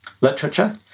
literature